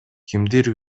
кимдир